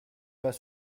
pas